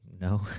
no